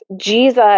Jesus